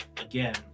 again